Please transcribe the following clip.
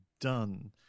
done